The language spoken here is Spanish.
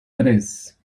tres